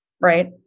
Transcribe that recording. Right